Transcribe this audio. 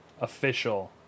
Official